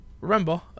Remember